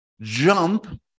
jump